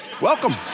welcome